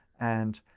and